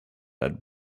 had